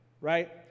right